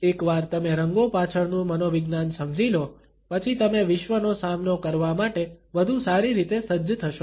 એકવાર તમે રંગો પાછળનું મનોવિજ્ઞાન સમજી લો પછી તમે વિશ્વનો સામનો કરવા માટે વધુ સારી રીતે સજ્જ થશો